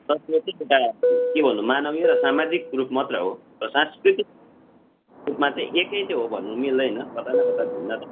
सांस्कृतिक एउटा के भनौँ मानवीय र सामाजिक रूप मात्र हो र सांस्कृतिक रूपमा चाहिँ एकै त हो भन्नु मिल्दैन कतै न कतै भिन्नता